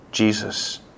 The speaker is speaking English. Jesus